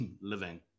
living